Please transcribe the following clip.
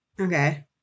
Okay